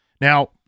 Now